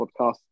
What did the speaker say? podcast